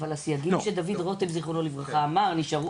אבל הסייגים של דוד רותם זכרונו לברכה, נשארו